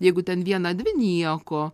jeigu ten vieną dvi nieko